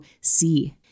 see